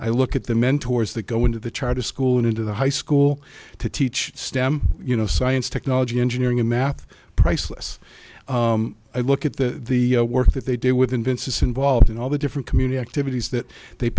i look at the mentors that go into the charter school and into the high school to teach stem you know science technology engineering and math priceless i look at the the work that they do with invensys involved in all the different community activities that they